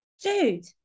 Dude